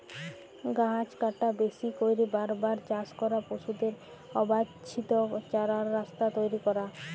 গাহাচ কাটা, বেশি ক্যইরে বার বার চাষ ক্যরা, পশুদের অবাল্ছিত চরাল, রাস্তা তৈরি ক্যরা